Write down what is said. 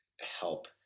help